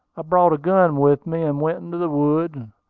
brought a gun with me, and went into the woods.